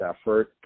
effort